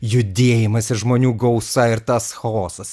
judėjimas ir žmonių gausa ir tas chaosas